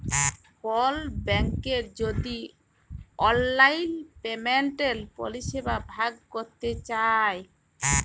call ব্যাংকের যদি অললাইল পেমেলটের পরিষেবা ভগ ক্যরতে চায়